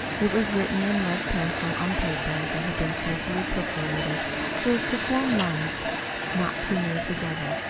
it was written in lead-pencil on paper that had been carefully perforated so as to form lines not too near together.